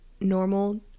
normal